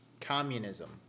Communism